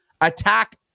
attack